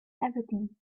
everything